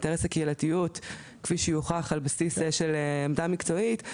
כפי שיוכח על בסיס עמדה מקצועית,